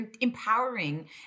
empowering